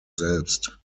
selbst